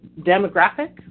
demographic